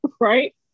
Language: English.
Right